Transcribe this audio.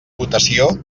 votació